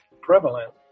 prevalent